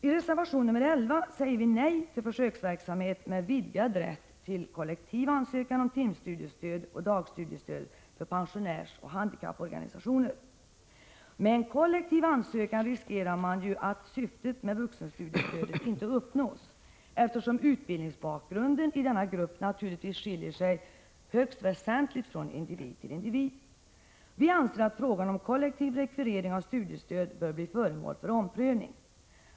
I reservation nr 11 säger vi nej till försöksverksamhet med vidgad rätt till kollektiv ansökan om timstudiestöd och dagstudiestöd för pensionärsoch handikapporganisationer. Med en kollektiv ansökan riskerar man ju att syftet med vuxenstudiestödet inte uppnås, eftersom utbildningsbakgrunden i denna grupp naturligtvis skiljer sig högst väsentligt från individ till individ. Vi anser att frågan om kollektiv rekvirering av studiestöd bör bli föremål för omprövning.